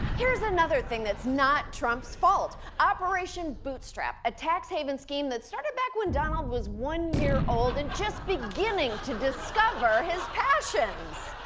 here's another thing that's not trump's fault, operation bootstrap, a tax haven scheme that started back when donald was one year old and just beginning to discover his passions.